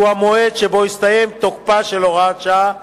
שהוא המועד שבו הסתיים תוקפה של הוראת השעה הקיימת.